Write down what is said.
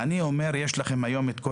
אני אומר שיש לכם היום בחוק את כל